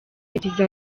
yagize